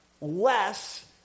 less